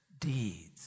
deeds